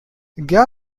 gerda